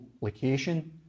location